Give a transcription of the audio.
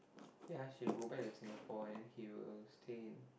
ya she had to go back to Singapore and then he will stay in